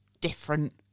different